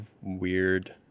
weird